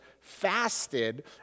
fasted